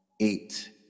eight